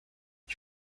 ich